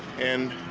and